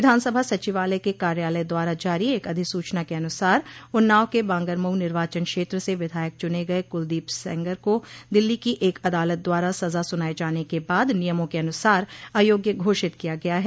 विधानसभा सचिवालय के कार्यालय द्वारा जारी एक अधिसूचना के अनुसार उन्नाव के बांगरमऊ निर्वाचन क्षेत्र से विधायक चुने गए कुलदीप सेंगर को दिल्ली की एक अदालत द्वारा सजा सुनाये जाने के बाद नियमों के अनुसार अयोग्य घोषित किया गया है